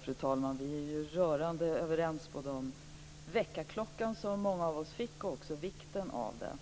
Fru talman! Vi är rörande överens både om väckarklockan som många av oss fick och om vikten av den.